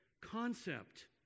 concept